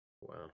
Wow